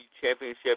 Championship